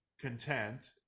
content